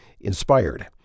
inspired